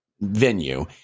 venue